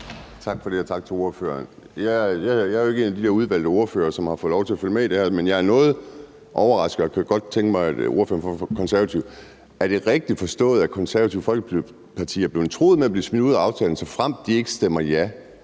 Tak for det, og tak til ordføreren. Jeg er jo ikke en af de der udvalgte ordførere, der har fået lov til at følge med i det her, men jeg er noget overrasket og kunne godt tænke mig, at høre ordføreren fra Konservative: Er det rigtigt forstået, at Det Konservative Folkeparti er blevet truet med at blive smidt ud af aftalen, såfremt de ikke stemmer ja,